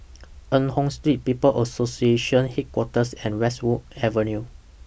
Eng Hoon Street People's Association Headquarters and Westwood Avenue